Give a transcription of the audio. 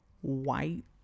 white